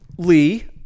Lee